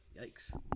Yikes